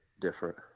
different